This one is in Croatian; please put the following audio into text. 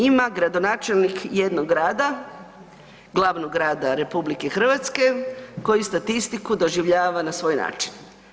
Ima gradonačelnik jednog grada, glavnog grada RH koji statistiku doživljava na svoj način.